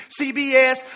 CBS